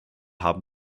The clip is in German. haben